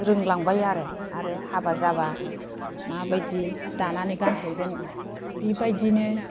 रोंलांबाय आरो आरो हाबा जाबा माबायदि दानानै गानहैगोन बेबायदिनो